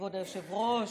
כבוד היושב-ראש,